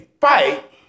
fight